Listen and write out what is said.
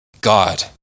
God